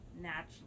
naturally